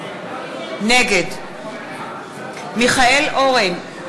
נגד מיכאל אורן,